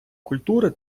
культури